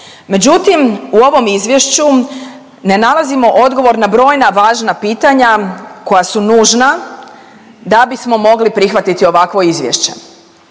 Međutim, u ovom izvješću ne nalazimo odgovor na brojna važna pitanja koja su nužna da bismo mogli prihvatiti ovakvo izvješće.